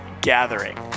gathering